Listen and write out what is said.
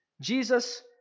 Jesus